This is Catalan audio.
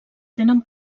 tenen